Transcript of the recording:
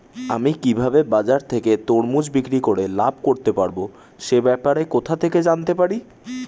আমি কিভাবে বাজার থেকে তরমুজ বিক্রি করে লাভ করতে পারব সে ব্যাপারে কোথা থেকে জানতে পারি?